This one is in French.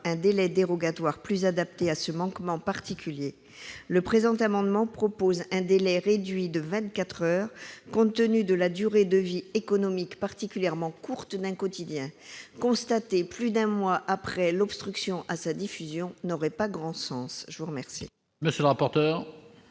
un délai dérogatoire plus adapté à ce manquement particulier. Le présent amendement vise un délai réduit de vingt-quatre heures, compte tenu de la durée de vie économique particulièrement courte d'un quotidien. Constater, plus d'un mois après sa parution, l'obstruction à sa diffusion n'aurait pas grand sens. Quel